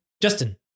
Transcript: Justin